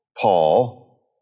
Paul